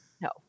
no